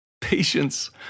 patience